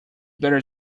better